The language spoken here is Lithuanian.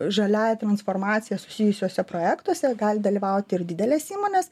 žaliąja transformacija susijusiuose projektuose gali dalyvauti ir didelės įmonės